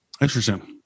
Interesting